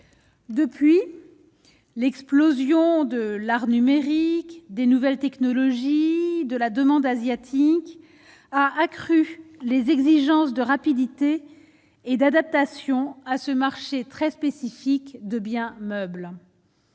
depuis l'explosion de l'art numérique des nouvelles technologies de la demande asiatique a accru les exigences de rapidité et d'adaptation à ce marché très spécifique de biens meubles,